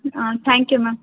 ಹಾಂ thank you ma'am